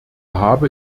habe